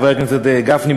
חבר הכנסת גפני,